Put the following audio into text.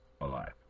alive